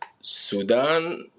Sudan